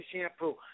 shampoo